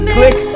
Click